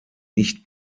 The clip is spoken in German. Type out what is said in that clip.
nicht